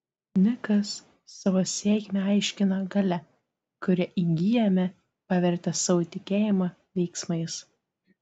nikas savo sėkmę aiškina galia kurią įgyjame pavertę savo tikėjimą veiksmais